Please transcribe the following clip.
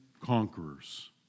conquerors